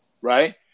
right